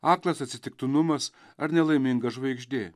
aklas atsitiktinumas ar nelaiminga žvaigždė